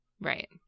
Right